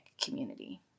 community